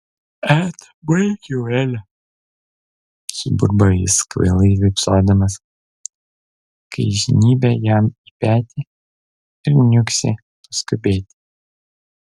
et baik jau ele suburba jis kvailai vypsodamas kai žnybia jam į petį ir niuksi paskubėti